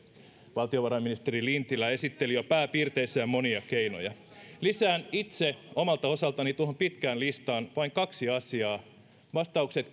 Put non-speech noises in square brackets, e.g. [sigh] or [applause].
valtiovarainministeri lintilä esitteli jo pääpiirteissään monia keinoja lisään itse omalta osaltani tuohon pitkään listaan vain kaksi asiaa vastaukset [unintelligible]